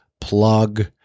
plug